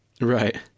Right